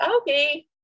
okay